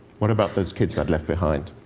what about those kids i'd left behind?